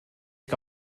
que